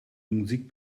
musik